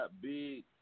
big